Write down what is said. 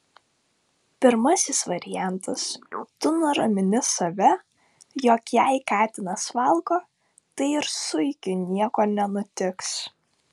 pirmasis variantas tu nuramini save jog jei katinas valgo tai ir zuikiui nieko nenutiks